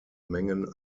mengen